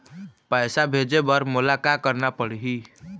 पैसा भेजे बर मोला का करना पड़ही?